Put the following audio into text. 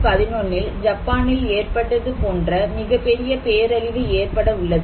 2011இல் ஜப்பானில் ஏற்பட்டது போன்ற மிகப்பெரிய பேரழிவு ஏற்பட உள்ளது